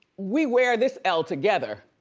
we were this l together.